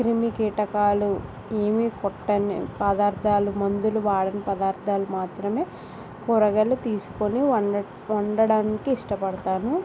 క్రిమికీటకాలు ఏమి కొట్టని పదార్దాలు మందులు వాడని పదార్థాలు మాత్రమే కూరగాయలు తీసుకొని వండ వండడానికి ఇష్టపడతాను